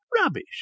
Rubbish